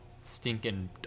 stinking